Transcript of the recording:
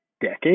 decade